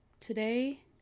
Today